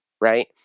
right